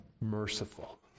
merciful